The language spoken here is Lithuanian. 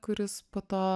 kuris po to